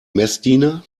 messdiener